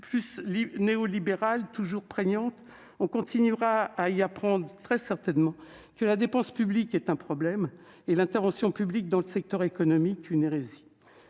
néolibérale toujours prégnante, on continuera très certainement à y apprendre que la dépense publique est un problème et l'intervention publique dans le secteur économique une hérésie.